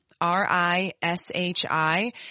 R-I-S-H-I